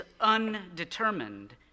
undetermined